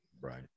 Right